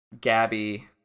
Gabby